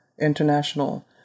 International